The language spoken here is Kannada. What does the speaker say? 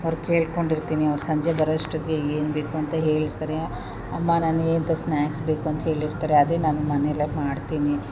ಅವ್ರ ಕೇಳಿಕೊಂಡಿರ್ತೀನಿ ಅವ್ರು ಸಂಜೆ ಬರೋ ಅಷ್ಟೊತ್ತಿಗೆ ಏನು ಬೇಕು ಅಂತ ಹೇಳಿರ್ತಾರೆ ಅಮ್ಮಾ ನನಗೆ ಇಂಥ ಸ್ನಾಕ್ಸ್ ಬೇಕು ಅಂತ ಹೇಳಿರ್ತಾರೆ ಅದೇ ನಾನು ಮನೇಲೆ ಮಾಡ್ತೀನಿ